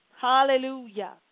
Hallelujah